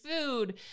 food